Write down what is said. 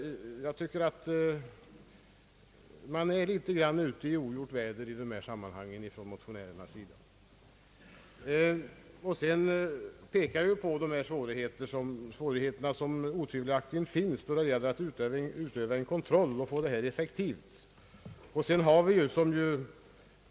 Jag tycker att motionärerna i detta fall är ute en smula i ogjort väder. Jag har redan pekat på de svårigheter som otvivelaktigt finns då det gäller att utöva kontroll i detta fall och att få till stånd ett effektivt system.